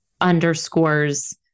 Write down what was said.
underscores